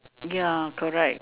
ya correct